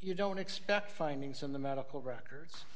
you don't expect findings in the medical records